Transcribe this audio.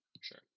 Sure